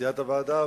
נשיאת הוועדה.